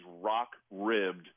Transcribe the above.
rock-ribbed